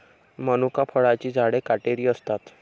मनुका फळांची झाडे काटेरी असतात